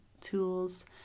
tools